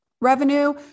revenue